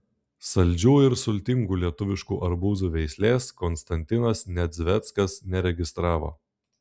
saldžių ir sultingų lietuviškų arbūzų veislės konstantinas nedzveckas neregistravo